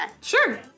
Sure